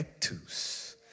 ectus